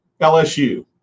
LSU